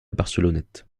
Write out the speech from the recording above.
barcelonnette